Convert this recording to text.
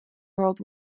world